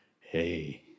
hey